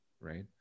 right